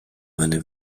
meine